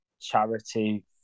charity